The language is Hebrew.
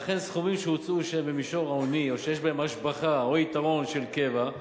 לכן סכומים שהוצאו שהם במישור ההוני או שיש בהם השבחה או יתרון של קבע,